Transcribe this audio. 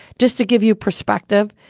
just to give you perspective,